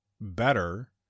better